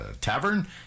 Tavern